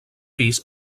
pis